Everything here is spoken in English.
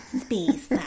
space